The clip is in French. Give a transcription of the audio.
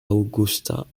augusta